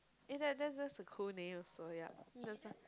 Eden that's that's a cool name so yea